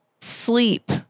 sleep